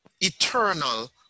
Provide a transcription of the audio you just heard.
eternal